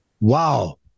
Wow